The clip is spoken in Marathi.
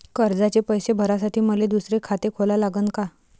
कर्जाचे पैसे भरासाठी मले दुसरे खाते खोला लागन का?